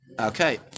Okay